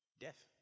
Death